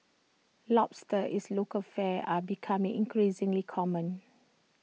lobsters is local fare are becoming increasingly common